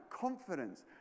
confidence